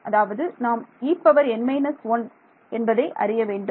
அதாவது நாம் En−1 என்பதை அறிய வேண்டும்